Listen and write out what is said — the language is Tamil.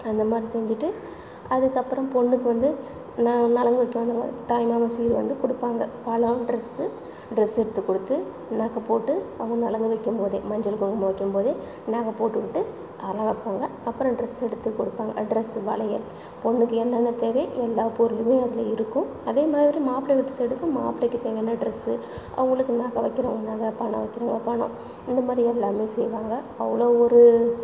அந்த மாரி செஞ்சிவிட்டு அதற்கப்பறம் பொண்ணுக்கு வந்து ந நலங்கு வைக்க வந்தவங்க தாய்மாமன் சீர் வந்து கொடுப்பாங்க பலம் ட்ரெஸ்ஸு ட்ரெஸ் எடுத்துக்குடுத்து நகை போட்டு அவங்க நலங்கு வைக்கும்போதே மஞ்சளும் குங்குமம் வைக்கும்போதே நகை போட்டுவிட்டு அதெலாம் வைப்பாங்க அப்புறம் ட்ரெஸ்ஸு எடுத்துக் கொடுப்பாங்க ட்ரெஸ்ஸு வளையல் பொண்ணுக்கு என்னென்ன தேவையோ எல்லா பொருளுமே அதில் இருக்கும் அதே மாரி மாப்பிள வீட்டு சைடுக்கும் மாப்பிளைக்கு தேவையான ட்ரெஸ்ஸு அவங்க உனக்கு நகை வைக்கிறவங்க நகை பணம் வைக்குறவங்க பணம் இந்த மாரி எல்லாமே செய்வாங்க அவ்வளோ ஒரு